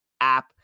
app